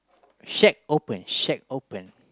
shack open shack open